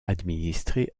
administrées